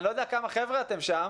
אני לא יודע כמה חבר'ה אתם שם